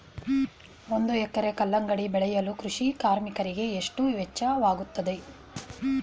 ಒಂದು ಎಕರೆ ಕಲ್ಲಂಗಡಿ ಬೆಳೆಯಲು ಕೃಷಿ ಕಾರ್ಮಿಕರಿಗೆ ಎಷ್ಟು ವೆಚ್ಚವಾಗುತ್ತದೆ?